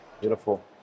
Beautiful